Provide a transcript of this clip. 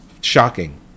shocking